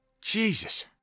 Jesus